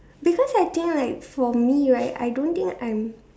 because I think right for me right I don't think I'm